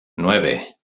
nueve